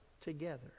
together